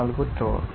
94 టోర్